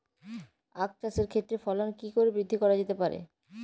আক চাষের ক্ষেত্রে ফলন কি করে বৃদ্ধি করা যেতে পারে?